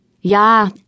Yeah